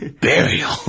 Burial